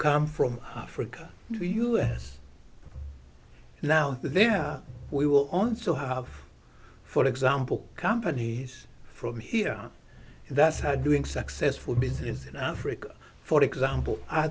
come from africa to us now then we will also have for example companies from here that's how doing successful business in africa for example i